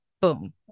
Boom